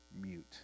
mute